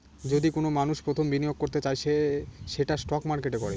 যদি কোনো মানষ প্রথম বিনিয়োগ করতে চায় সে সেটা স্টক মার্কেটে করে